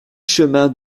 chemin